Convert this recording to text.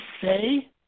say